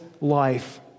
life